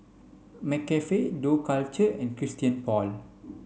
Nescafe Dough Culture and Christian Paul